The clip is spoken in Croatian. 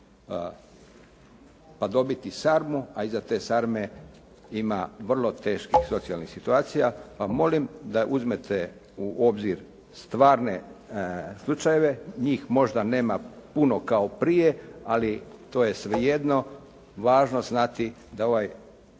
pa dobiti sarmu, a iza te sarme ima vrlo teških socijalnih situacija. Pa molim da uzmete u obzir stvarne slučajeve. Njih možda nema puno kao prije, ali to je svejedno. Važno je znati da ovaj